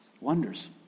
Wonders